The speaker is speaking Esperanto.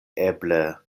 eble